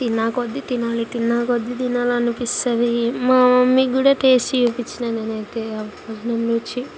తిన్నాకొద్ది తినాలి తిన్నాకొద్ది తినాలనిపిస్తుంది మా మమ్మీకిగూడా టేస్ట్ చూపిచ్చిన నేనయితే మమ్మీ అప్పుడు మమ్మీ చ్చి